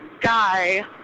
guy